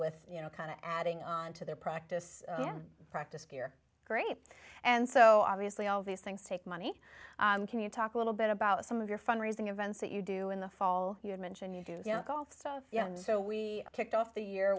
with you know kind of adding on to their practice practice gear great and so obviously all these things take money can you talk a little bit about some of your fund raising events that you do in the fall you had mentioned you know golf stuff yeah so we kicked off the year